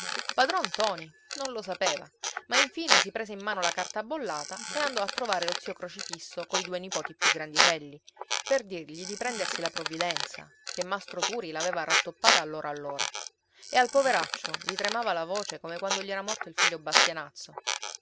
padron ntoni non lo sapeva ma infine si prese in mano la carta bollata e andò a trovare lo zio crocifisso coi due nipoti più grandicelli per dirgli di prendersi la provvidenza che mastro turi l'aveva rattoppata allora allora e al poveraccio gli tremava la voce come quando gli era morto il figlio bastianazzo